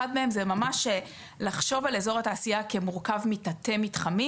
אחת מהן זה ממש לחשוב על אזור התעשייה כמורכב מתתי מתחמים.